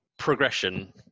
Progression